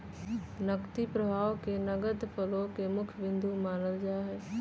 नकदी प्रवाह के नगद फ्लो के मुख्य बिन्दु मानल जाहई